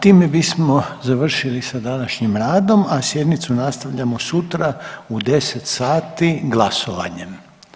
Time bismo završili sa današnjim radom, a sjednicu nastavljamo sutra u 10,00 glasovanjem.